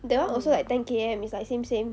that [one] also like ten K_M it's like same same